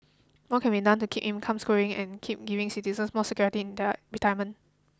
more could be done to keep incomes growing and keep giving citizens more security in their retirement